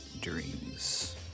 dreams